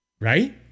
Right